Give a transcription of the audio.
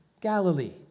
Galilee